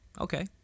Okay